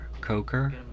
Coker